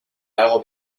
lago